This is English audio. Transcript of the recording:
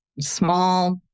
small